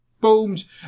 Booms